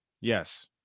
Yes